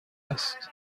است